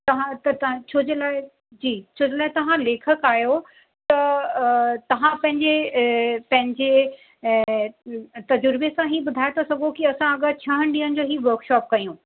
तव्हां त तव्हां छो जे लाइ जी छो जे लाइ तव्हां लेखक आहियो त तव्हां पंहिंजे पंहिंजे तजुर्बे सां ॿुधाए था सघो कि असां अगरि छहनि ॾींहंनि जो ई वर्कशॉप कयूं